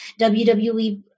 WWE